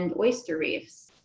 and oyster reefs.